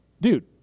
dude